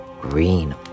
green